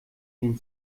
den